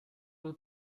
you